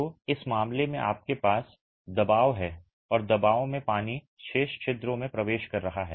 तो इस मामले में आपके पास दबाव है और दबाव में पानी शेष छिद्रों में प्रवेश कर रहा है